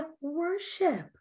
worship